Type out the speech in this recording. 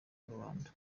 rubanda